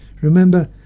Remember